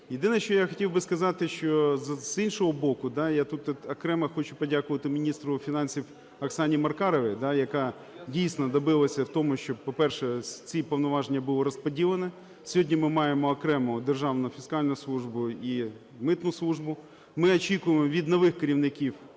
Єдине, що я хотів би сказати, що, з іншого боку, я тут окремо хочу подякувати міністру фінансів Оксані Маркаровій, яка, дійсно, добилася того, щоб, по-перше, ці повноваження були розподілені. Сьогодні ми маємо окремо Державну фіскальну службу і митну службу. Ми очікуємо від нових керівників